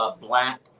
black